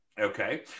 Okay